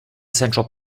central